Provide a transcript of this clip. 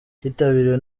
kitabiriwe